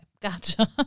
Gotcha